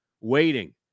waiting